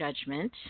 judgment